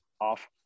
off